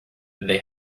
they